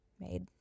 made